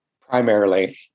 Primarily